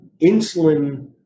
insulin